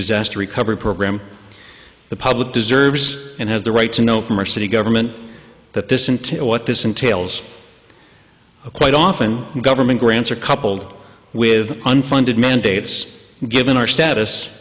disaster recovery program the public deserves and has the right to know from our city government that this isn't what this entails a quite often government grants are coupled with unfunded mandates given our